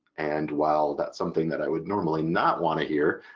and while that's something that i would normally not want to hear,